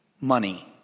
money